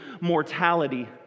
mortality